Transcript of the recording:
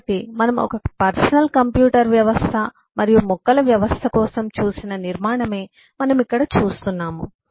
కాబట్టి మనము ఒక పర్సనల్ కంప్యూటర్ వ్యవస్థ మరియు మొక్కల వ్యవస్థ కోసం చూసిన నిర్మాణమే మనము ఇక్కడ చూస్తున్నాము